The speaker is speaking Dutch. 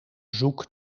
zoek